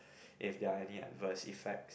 if they are any adverse effects